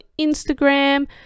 Instagram